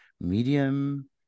medium